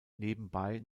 nebenbei